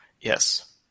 Yes